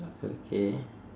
okay